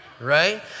right